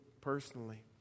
personally